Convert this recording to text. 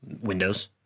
windows